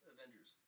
Avengers